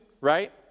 Right